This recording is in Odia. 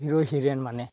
ହିରୋ ହିରୋଇନ୍ମାନେ